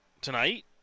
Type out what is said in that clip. Tonight